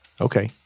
Okay